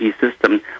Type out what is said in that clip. system